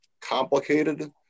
complicated